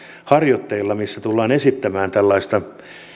harjoitteilla joissa tullaan esittämään tällaista